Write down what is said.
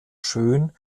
schön